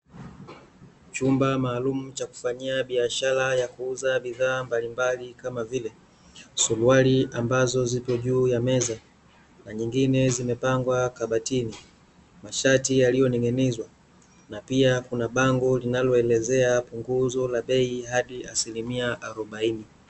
Chumba maalumu cha kufanyia biashara ya kuuza bidhaa mbalimbali kama vile: suruali ambazo zipo juu ya meza na nyingine zimepangwa kabatini, mashati yaliyoning'inizwa. Na pia kuna bango linaloelezea punguzo la bei hadi asilimia arobaini.